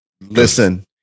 Listen